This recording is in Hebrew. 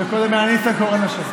קודם ניסנקורן היה אשם.